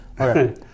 Okay